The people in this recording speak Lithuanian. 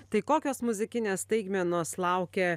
tai kokios muzikinės staigmenos laukia